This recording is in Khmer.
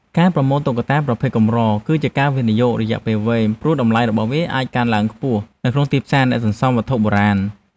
ការប្រមូលតុក្កតាប្រភេទកម្រ គឺជាការវិនិយោគរយៈពេលវែង ព្រោះតម្លៃរបស់វាអាចកើនឡើងខ្ពស់នៅក្នុងទីផ្សារអ្នកសន្សំវត្ថុបុរាណ។